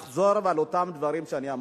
אני רוצה לחזור על אותם דברים שאמרתי.